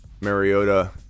Mariota